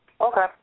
Okay